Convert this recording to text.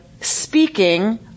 speaking